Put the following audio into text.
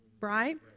right